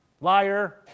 liar